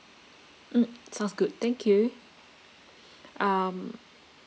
mm sounds good thank you um